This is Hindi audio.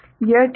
यह ठीक है